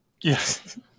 Yes